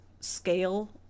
scale